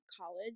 college